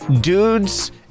Dudes